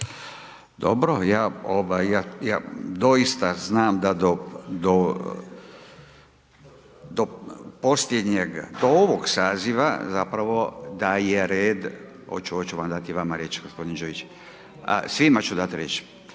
Dobro, ja dosita znam da do posljednjeg, do ovog saziva, zapravo, da je red, oću, oću vama dati riječ, g. Ninčević, svima ću dati riječ,